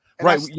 Right